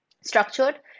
structured